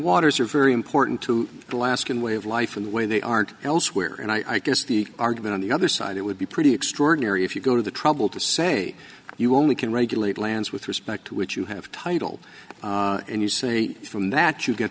waters are very important to alaska and way of life in the way they aren't elsewhere and i guess the argument on the other side it would be pretty extraordinary if you go to the trouble to say you only can regulate lands with respect to which you have title and you say from that you get